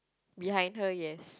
behind her yes